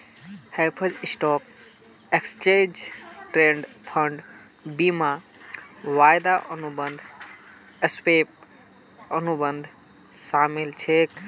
हेजत stock, exchange traded fund, बीमा, वायदा अनुबंध, स्वैप, अनुबंध शामिल छेक